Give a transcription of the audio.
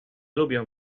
lubię